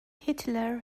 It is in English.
hitler